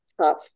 tough